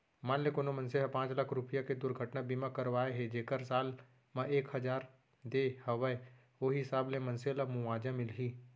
मान ले कोनो मनसे ह पॉंच लाख रूपया के दुरघटना बीमा करवाए हे जेकर साल म एक हजार दे हवय ओ हिसाब ले मनसे ल मुवाजा मिलही